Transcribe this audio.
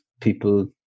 people